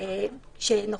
כשנוכחים,